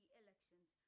elections